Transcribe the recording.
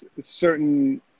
certain